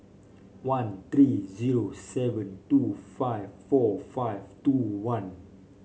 one three zero seven two five four five two one